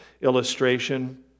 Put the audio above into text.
illustration